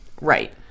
right